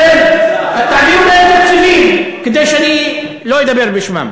אתם תעבירו להם תקציבים כדי שאני לא אדבר בשמם.